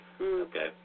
Okay